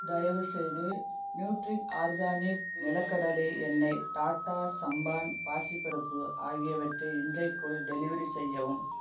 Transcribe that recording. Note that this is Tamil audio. தயவுசெய்து நியூட்ரி ஆர்கானிக் நிலக்கடலை எண்ணெய் டாட்டா சம்பான் பாசிப் பருப்பு ஆகியவற்றை இன்றைக்குள் டெலிவெரி செய்யவும்